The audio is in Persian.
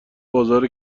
بازار